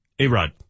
A-Rod